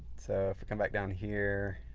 so, if we come back down here,